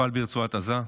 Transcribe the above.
נפל ברצועת עזה,